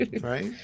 Right